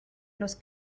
los